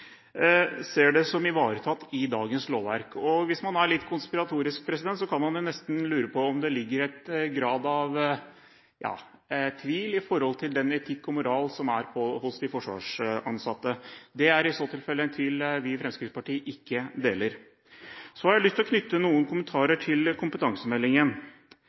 ser det som ivaretatt i dagens lovverk. Hvis man er litt konspiratorisk, kan man nesten lure på om der ligger en grad av tvil om etikken og moralen hos de forsvarsansatte. Det er i så tilfelle en tvil vi i Fremskrittspartiet ikke deler. Jeg har lyst å knytte noen kommentarer til kompetansemeldingen: